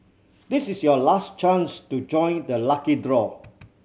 this is your last chance to join the lucky draw